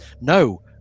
No